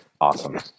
awesome